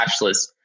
cashless